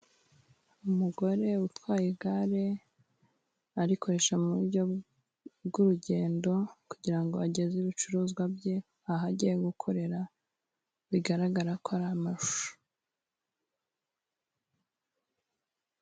Umugore utwaye igare, arikoresha mu buryo bw'urugendo kugira ngo ageze ibicuruzwa bye aho agiye gukorera, bigaragara ko ari amashu.